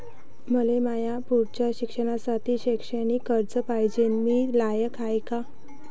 मले माया पुढच्या शिक्षणासाठी शैक्षणिक कर्ज पायजे, मी लायक हाय का?